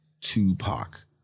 Tupac